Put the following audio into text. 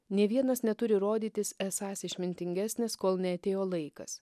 nė vienas neturi rodytis esąs išmintingesnis kol neatėjo laikas